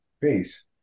face